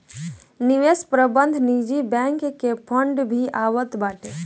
निवेश प्रबंधन निजी बैंक के फंड भी आवत बाटे